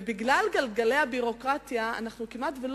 בגלל גלגלי הביורוקרטיה אנחנו כמעט לא